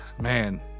man